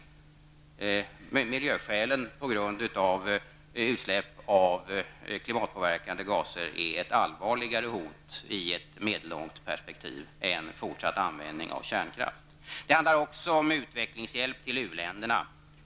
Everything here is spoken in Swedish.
Dessa miljöskäl är att utsläppen av klimatpåverkande gaser är ett allvarligare hot i ett medellångt perspektiv än fortsatt användning av kärnkraft. Det handlar även om utvecklingshjälp till uländerna.